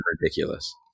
ridiculous